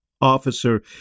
officer